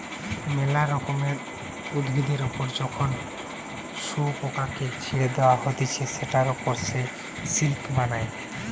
মেলা রকমের উভিদের ওপর যখন শুয়োপোকাকে ছেড়ে দেওয়া হতিছে সেটার ওপর সে সিল্ক বানায়